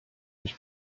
mich